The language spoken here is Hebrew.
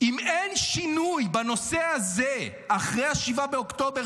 אם אין שינוי בנושא הזה אחרי 7 באוקטובר,